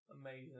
Amazing